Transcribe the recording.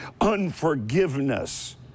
unforgiveness